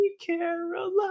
Caroline